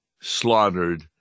slaughtered